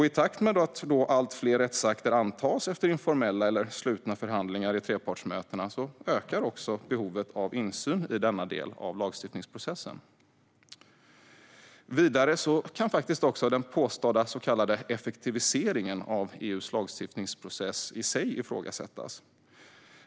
I takt med att allt fler rättsakter antas efter informella eller slutna förhandlingar i trepartsmötena ökar också behovet av insyn i denna del av lagstiftningsprocessen. Vidare kan faktiskt den påstådda så kallade effektiviseringen av EU:s lagstiftningsprocess i sig ifrågasättas.